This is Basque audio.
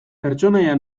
pertsonaia